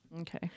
Okay